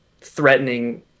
threatening